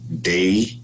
day